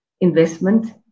investment